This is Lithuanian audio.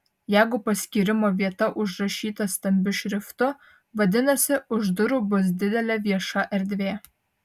jeigu paskyrimo vieta užrašyta stambiu šriftu vadinasi už durų bus didelė vieša erdvė